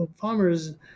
farmers